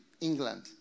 England